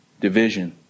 division